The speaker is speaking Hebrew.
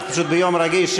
אנחנו פשוט ביום רגיש,